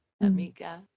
amiga